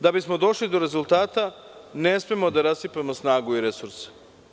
Da bismo došli do rezultata, ne smemo da rasipamo snagu i resurse.